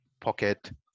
pocket